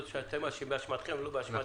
זאת אומרת באשמתכם לא באשמתנו.